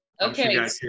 Okay